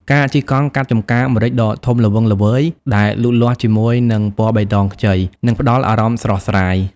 ការជិះកង់កាត់ចំការម្រេចដ៏ធំល្វឹងល្វើយដែលលូតលាស់ជាមួយនឹងពណ៌បៃតងខ្ចី នឹងផ្តល់អារម្មណ៍ស្រស់ស្រាយ។